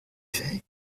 fait